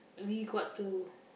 we got to